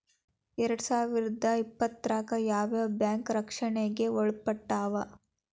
ಎರ್ಡ್ಸಾವಿರ್ದಾ ಇಪ್ಪತ್ತ್ರಾಗ್ ಯಾವ್ ಯಾವ್ ಬ್ಯಾಂಕ್ ರಕ್ಷ್ಣೆಗ್ ಒಳ್ಪಟ್ಟಾವ?